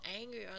angry